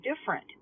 different